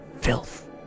Filth